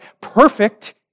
perfect